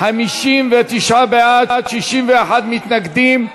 59 בעד, 61 מתנגדים.